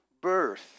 birth